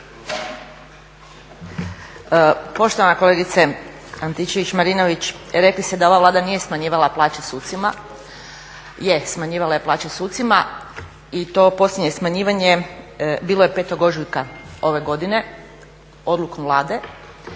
Poštovana kolegice Antičević-Marinović rekli ste da ova Vlada nije smanjivala plaće sucima. Je, smanjivala je plaće sucima i to posljednje smanjivanje bilo je 5. ožujka ove godine odlukom Vlade.